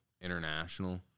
international